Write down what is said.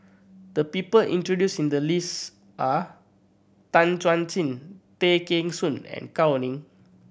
the people introduce in the list are Tan Chuan Jin Tay Kheng Soon and Gao Ning